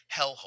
hellhole